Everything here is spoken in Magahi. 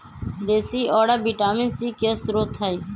देशी औरा विटामिन सी के स्रोत हई